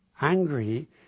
angry